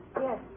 Yes